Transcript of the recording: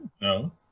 no